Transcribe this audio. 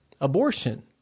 abortion